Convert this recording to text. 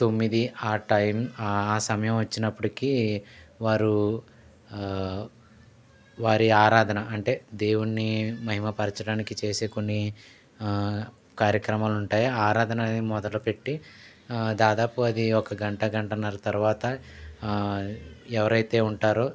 తొమ్మిది ఆ టైం ఆ సమయం వచ్చినప్పుడుకి వారు వారి ఆరాధన అంటే దేవుణ్ణి మహిమ పరచడానికి చేసే కొన్ని కార్యక్రమాలుంటాయ్ ఆరాధనని మొదలుపెట్టి దాదాపు అది ఒక గంట గంటన్నర్ర తర్వాత ఎవరైతే ఉంటారో